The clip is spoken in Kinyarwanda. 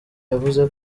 yavuze